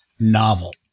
novel